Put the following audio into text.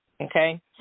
Okay